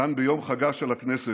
כאן, ביום חגה של הכנסת,